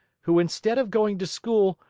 who instead of going to school,